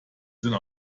sind